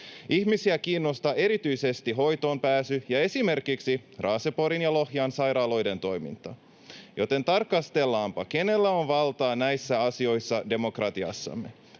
Ihmisiä kiinnostaa erityisesti hoitoonpääsy ja esimerkiksi Raaseporin ja Lohjan sairaaloiden toiminta, joten tarkastellaanpa, kenellä on valtaa näissä asioissa demokratiassamme.